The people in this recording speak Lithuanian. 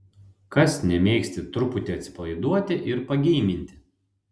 kas nemėgsti truputį atsipalaiduoti ir pageiminti